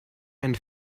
and